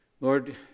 Lord